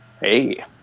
Hey